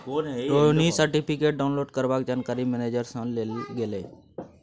Rohini certificate download करबाक जानकारी manager सँ लेल गेलै